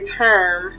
term